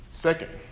Second